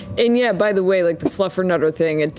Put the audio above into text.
and yeah, by the way, like the fluffernutter thing. and